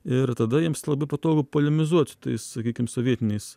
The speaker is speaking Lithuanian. ir tada jiems labai patogu polemizuoti tai sakykim sovietiniais